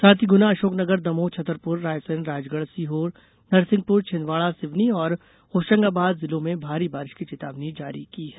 साथ ही गुना अशोकनगर दमोह छतरपुर रायसेन राजगढ़ सीहोर नरसिंहपुर छिंदवाड़ा सिवनी और होशंगाबाद जिलों में भारी बारिश की चेतावनी जारी की है